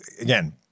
again